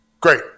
Great